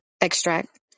extract